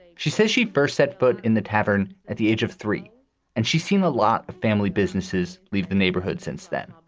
she says she first set foot in the tavern at the age of three and she's seen a lot of family businesses leave the neighborhood. since then,